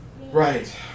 Right